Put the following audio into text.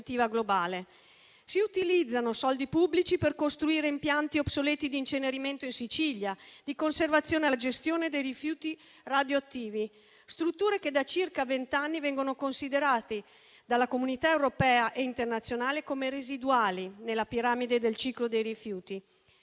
Si utilizzano soldi pubblici per costruire impianti obsoleti di incenerimento in Sicilia, di conservazione e gestione dei rifiuti radioattivi; strutture che da circa vent'anni vengono considerate dalla Comunità europea e internazionale come residuali nella piramide del ciclo dei rifiuti.